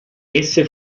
esse